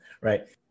right